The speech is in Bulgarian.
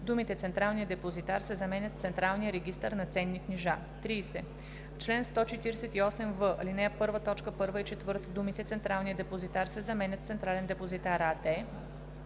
думите „Централния депозитар“ се заменят с „централния регистър на ценни книжа“. 30. В чл. 148в, ал. 1, т. 1 и 4 думите „Централния депозитар“ се заменят с „Централен депозитар“ АД,